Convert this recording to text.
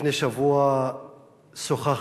לפני שבוע שוחחנו,